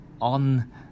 on